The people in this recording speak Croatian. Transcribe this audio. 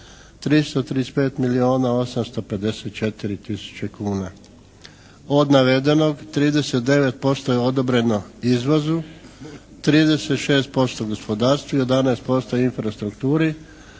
335 milijuna 854 tisuće kuna. Od navedenog 39% je odobreno izvozu, 36% gospodarstvu, 11% infrastrukturi,